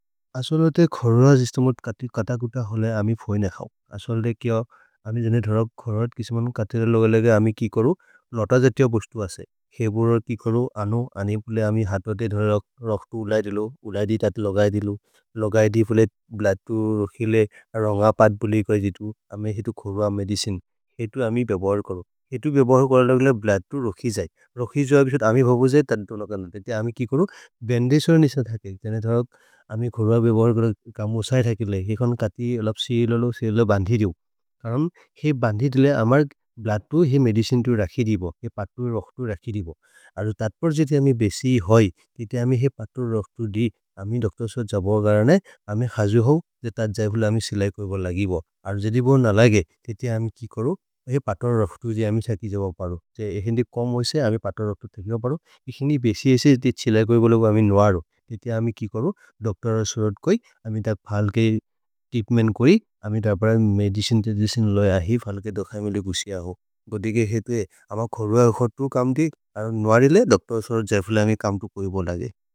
असल् ते खोरो अ जिश्तो मोद् कतकुत हले अमि फोइ न खओ। असल् दे क्य अमि जेने धोर खोरोत् किसि मनु कथे ललगले अगै अमि कि कोरो, लोत जेत्य भुश्तु असे। हेबोरोत् कि कोरो, अनो, अनिपुले अमि हत्रोते धोर रख्तु उलैदिलो। उलैदित् अति लगैदिलो, लगैदिफुले ब्लद्तु रुखि ले रन्गपद् पुलि कोइ जितु, अमे हितु खोरो अमि मेदिचिन्। हितु अमि पेबोर् करो। हितु पेबोर् करो लगले ब्लद्तु रुखि जै। रुखि जोइ अबिसोत् अमि भोबुसे तन् त्तो लग नते।